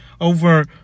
over